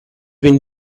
been